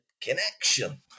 connection